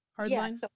hardline